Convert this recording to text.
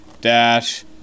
Dash